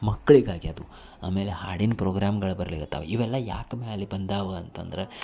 ಮಕ್ಕಳಿಗಾಗಿ ಅದು ಆಮೇಲೆ ಹಾಡಿನ ಪ್ರೋಗ್ರಾಮ್ಗಳು ಬರಲಿಕತ್ತವ ಇವೆಲ್ಲ ಯಾಕೆ ಮೇಲೆ ಬಂದಾವ ಅಂತಂದ್ರೆ